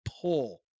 pull